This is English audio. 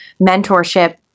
mentorship